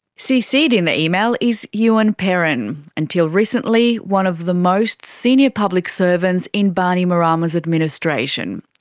cc'd in the email is ewan perrin, until recently one of the most senior public servants in bainimarama's administration,